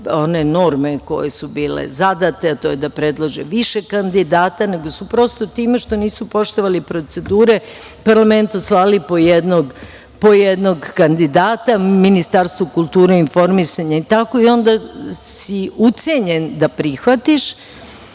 one norme, koje su bile zadate, a to je da predlože više kandidata, nego su prosto time što nisu poštovali procedure, parlamentu slali po jednog kandidata, Ministarstvo kulture i informisanja, i tako, i onda si ucenjen da prihvatiš,